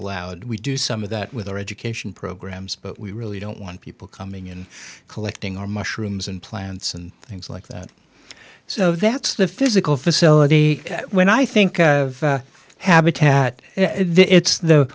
allowed we do some of that with our education programs but we really don't want people coming in and collecting our mushrooms and plants and things like that so that's the physical facility when i think of habitat it's the